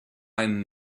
einen